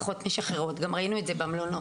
יש פה חשש שאנחנו נשבץ או נשלח מישהו שיעבוד במקום,